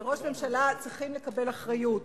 וראש ממשלה צריך לקבל אחריות.